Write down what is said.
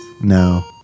No